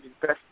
best